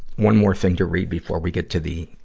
one more thing to read before we get to the,